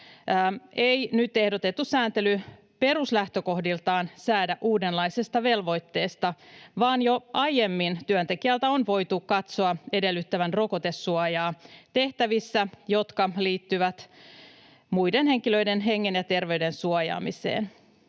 ei nyt ehdotettu sääntely peruslähtökohdiltaan säädä uudenlaista velvoitetta, vaan jo aiemmin työntekijältä on voitu katsoa edellytettävän rokotesuojaa tehtävissä, jotka liittyvät muiden henkilöiden hengen ja terveyden suojaamiseen.